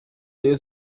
rayon